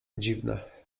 dziwne